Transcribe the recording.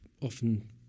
Often